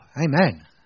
Amen